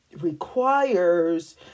requires